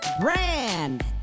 Brand